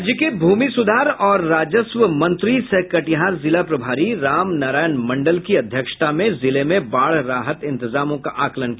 राज्य के भूमि सुधार और राजस्व मंत्री सह कटिहार जिला प्रभारी राम नारायण मंडल की अध्यक्षता में जिले में बाढ़ राहत इंतजामों का आकलन किया गया